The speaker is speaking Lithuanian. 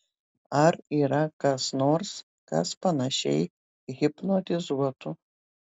ar yra kas nors kas panašiai hipnotizuotų